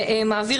הוא גם מעביר